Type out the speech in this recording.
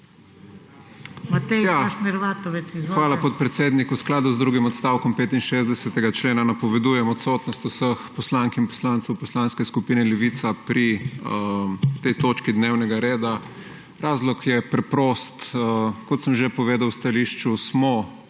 Hvala, podpredsednik. V skladu z drugim odstavkom 65. člena napovedujem odsotnost vseh poslank in poslancev Poslanske skupine Levica pri tej točki dnevnega reda. Razlog je preprost. Kot sem že povedal v stališču, smo